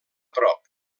prop